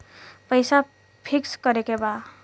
पैसा पिक्स करके बा?